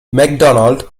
mcdonald